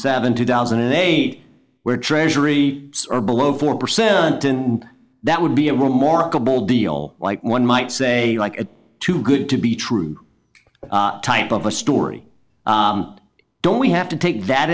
seven two thousand and eight where treasury are below four percent and that would be a were marketable deal like one might say like a too good to be true type of a story don't we have to take that